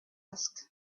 asked